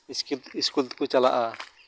school school ᱛᱮᱠᱚ ᱪᱟᱞᱟᱜᱼᱟ